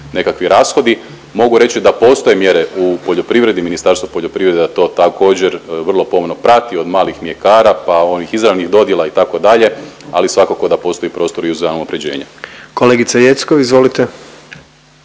nekakvi rashodi. Mogu reći da postoje mjere u poljoprivredi, Ministarstvu poljoprivrede da to također vrlo pomno prati od malih mljekara pa ovih izravnih dodjela itd. Ali svakako da postoji i prostor za unapređenje. **Jandroković,